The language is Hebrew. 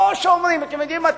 לא שאומרים: אתם יודעים מה,